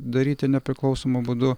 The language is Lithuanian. daryti nepriklausomu būdu